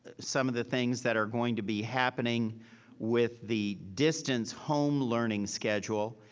ah some of the things that are going to be happening with the distance home learning schedule.